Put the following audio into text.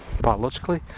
biologically